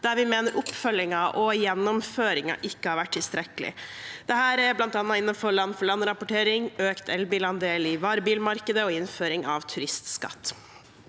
der vi mener oppfølgingen og gjennomføringen ikke har vært tilstrekkelig. Dette er bl.a. innenfor land-for-land-rapportering, økt elbilandel i varebilmarkedet og innføring av turistskatt.